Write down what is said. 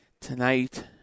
Tonight